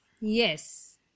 yes